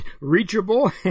reachable